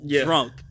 Drunk